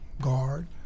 guard